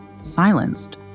silenced